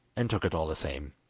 and took it all the same.